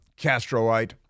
Castroite